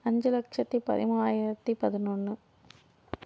அஞ்சு லட்சத்து பதிமூணாயிரத்து பதினொன்று